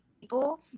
people